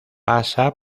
pasa